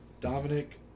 Dominic